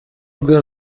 rwe